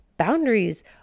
Boundaries